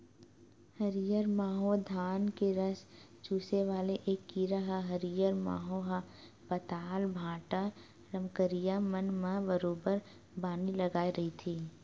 हरियर माहो धान के रस चूसे वाले ऐ कीरा ह हरियर माहो ह पताल, भांटा, रमकरिया मन म बरोबर बानी लगाय रहिथे